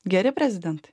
geri prezidentai